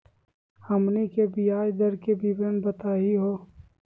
हमनी के ब्याज दर के विवरण बताही हो?